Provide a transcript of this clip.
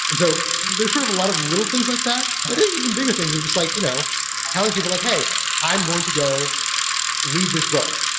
and so there's sort of a lot of little things like that, but even bigger things of just like you know telling people like, hey! i'm going to go read this book,